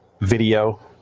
video